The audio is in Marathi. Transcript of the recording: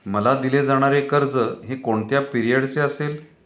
मला दिले जाणारे कर्ज हे कोणत्या पिरियडचे असेल?